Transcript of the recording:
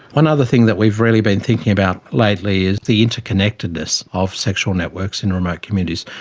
one other thing that we've really been thinking about lately is the interconnectedness of sexual networks in remote communities,